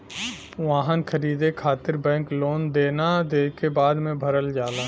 वाहन खरीदे खातिर बैंक लोन देना जेके बाद में भरल जाला